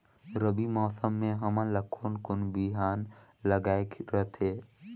रबी मौसम मे हमन ला कोन कोन बिहान लगायेक रथे?